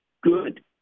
Good